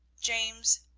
james,